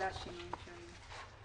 אלה השינויים שהיו.